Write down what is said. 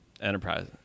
Enterprise